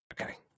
Okay